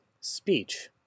speech